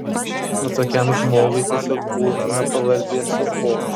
o tokiam žmogui tiesiog būtina pavardė su o